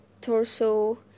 torso